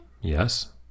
Yes